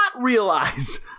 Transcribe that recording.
realize